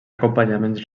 acompanyaments